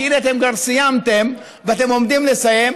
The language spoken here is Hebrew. כי אתם כבר סיימתם ועומדים לסיים,